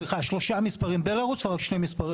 סליחה, שלושה מספרים בלרוס ורק שני אחוזים-